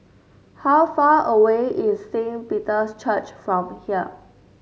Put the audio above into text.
how far away is Saint Peter's Church from here